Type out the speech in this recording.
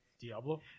Diablo